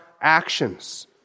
actions